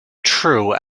true